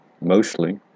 mostly